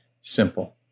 Simple